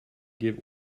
give